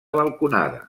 balconada